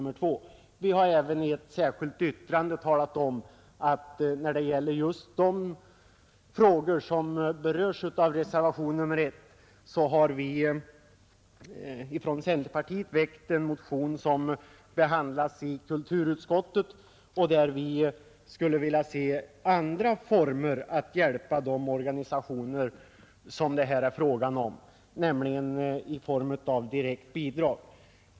Vi har från centerpartiet även i ett särskilt yttrande talat om att vi i de frågor som berörs i reservationen 1 har väckt en motion, som behandlas av kulturutskottet. Vi framhåller i motionen att vi skulle vilja se andra former för hjälp till de organisationer som det här är fråga om, nämligen direkta bidrag.